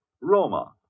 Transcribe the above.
Roma